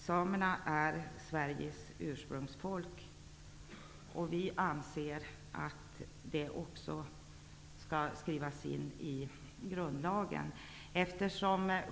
Samerna är Sveriges ursprungsfolk. Vi anser att det också skall skrivas in i grundlagen.